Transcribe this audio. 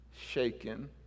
shaken